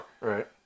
Right